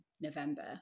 November